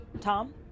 Tom